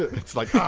it's like,